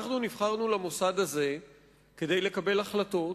אנחנו נבחרנו למוסד הזה כדי לקבל החלטות